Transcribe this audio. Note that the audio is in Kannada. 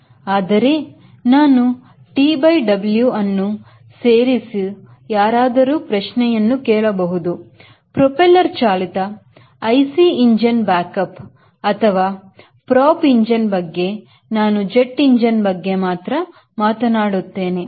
ಆದರೆ ನಾನು TW ಅನ್ನು ಸೇರಿಸು ಯಾರಾದರೂ ಪ್ರಶ್ನೆಯನ್ನು ಕೇಳ ಬಹುದ್ ಪ್ರೊಪೆಲ್ಲರ್ ಚಾಲಿತ IC backup ಇಂಜಿನ್ ಅಥವಾ ಪ್ರಾಫ್ ಇಂಜಿನ್ ಬಗ್ಗೆ ನಾನು ಜಟ್ ಇಂಜಿನ್ ಬಗ್ಗೆ ಮಾತ್ರ ಮಾತನಾಡುತ್ತೇನೆ